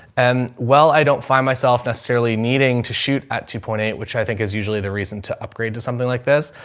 and well, i don't find myself necessarily needing to shoot at two point eight which i think is usually the reason to upgrade to something like this.